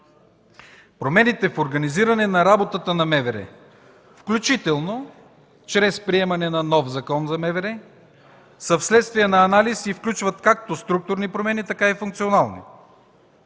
Промените в организиране на работата на МВР, включително чрез приемане на нов Закон за МВР, са вследствие на анализ и включват както структурни промени, така и функционални.